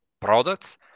products